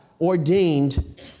ordained